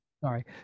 Sorry